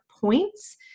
points